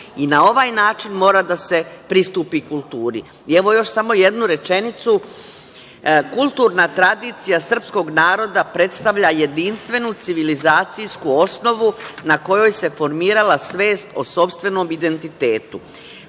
ovaj način mora d se pristupi kulturi. Evo, još samo jednu rečenicu. Kulturna tradicija srpskog naroda predstavlja jedinstvenu civilizacijsku osnovu na kojoj se formirala svest o sopstvenom identitetu.